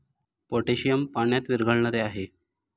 potassium पाण्यात विरघळणारे आहे